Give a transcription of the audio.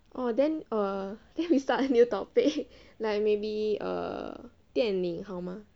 oh then err then you start a new topic like maybe 电影好吗